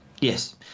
yes